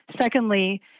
Secondly